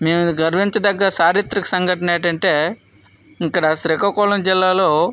నేను గర్వించదగ్గ చారిత్రిక సంఘటన ఏంటంటే ఇక్కడ శ్రీకాకుళం జిల్లాలో